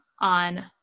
on